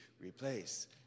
replace